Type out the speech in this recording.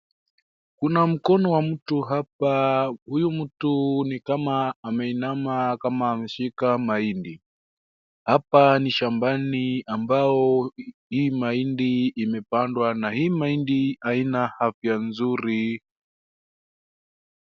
Kuna mkono wa mtu hapa. Huyu mtu ni kama ameinama kama ameshika mahindi. Hapa ni shambani ambao hii mahindi imepandwa, na hii mahindi aina afya nzuri.